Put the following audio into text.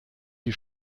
die